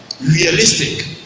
realistic